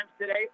today